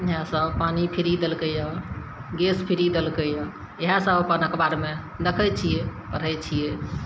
इएहसब पानी फ्री देलकै यऽ गैस फ्री देलकै यऽ इएहसब अपन अखबारमे देखै छिए पढ़ै छिए